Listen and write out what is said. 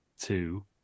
two